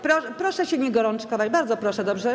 Proszę się nie gorączkować, bardzo proszę, dobrze?